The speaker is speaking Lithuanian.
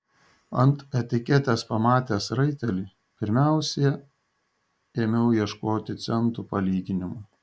ant etiketės pamatęs raitelį pirmiausia ėmiau ieškoti centų palyginimui